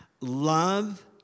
Love